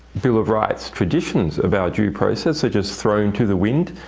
bill of rights traditions about due process are just thrown to the wind,